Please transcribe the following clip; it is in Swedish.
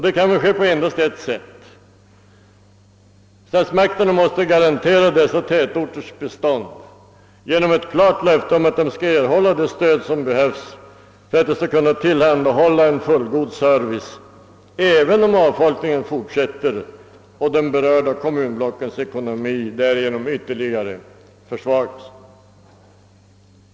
Det kan endast ske på ett sätt: statsmakterna måste garantera dessa tätorters bestånd genom ett klart löfte att de skall erhålla det stöd de behöver för att tillhandahålla fullgod service, även om avfolkningen fortsätter och de berörda kommunblockens ekonomi därigenom ytterligare försvagas.